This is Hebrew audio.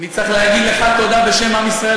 אני צריך להגיד לך תודה בשם עם ישראל